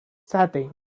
setting